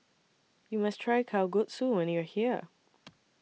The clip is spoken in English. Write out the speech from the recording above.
YOU must Try Kalguksu when YOU Are here